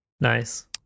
Nice